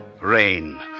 Rain